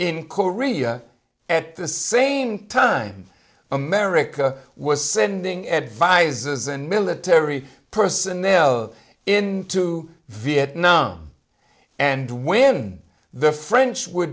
in korea at the same time america was sending advisers and military personnel of into vietnam and when the french were